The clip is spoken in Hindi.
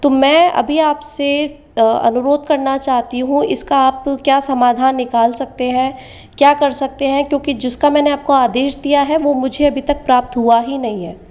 तो मैं अभी आपसे अनुरोध का चाहती हूँ इसका आप क्या समाधान निकाल सकते हैं क्या कर सकते हैं क्योंकि जिसका मैंने आपको आदेश दिया है वह मुझे अभी तक मुझे प्राप्त हुआ ही नहीं है